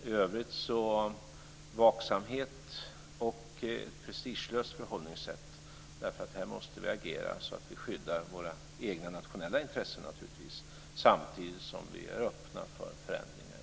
I övrigt gäller vaksamhet och ett prestigelöst förhållningssätt. Vi måste agera så att vi skyddar våra nationella intressen, samtidigt som vi ska vara öppna för förändringar i tiden.